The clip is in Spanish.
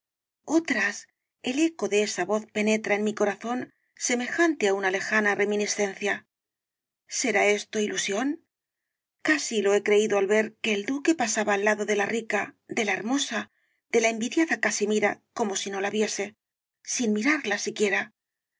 otras el eco de esa voz penetra en mi corazón semejante á una lejana reminiscencia será esto ilusión casi lo he creído al ver que el duque pasaba al lado de la rica de la hermosa de la envidiada casimira como si no la viese sin mirarla siquiera